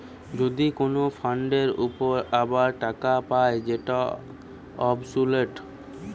যদি কোন ফান্ডের উপর আবার টাকা পায় যেটা অবসোলুট